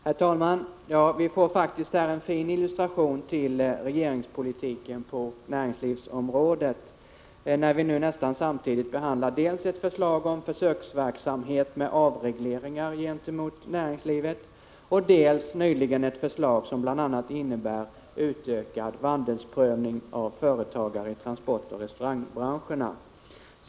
Herr talman! Vi får faktiskt här en fin illustration till regeringspolitiken på näringslivsområdet, när vi nästan samtidigt behandlar dels ett förslag om försöksverksamhet med avregleringar gentemot näringslivet, dels ett förslag om bl.a. utökad vandelsprövning av företagare i transportoch restaurangbranscherna.